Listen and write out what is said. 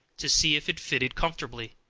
to see if it fitted comfortably.